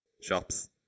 Shops